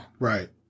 Right